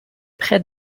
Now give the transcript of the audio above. près